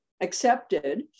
accepted